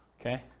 Okay